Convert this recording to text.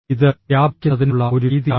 ഇത് വ്യാപിക്കുന്നതിനുള്ള ഒരു രീതിയാണ്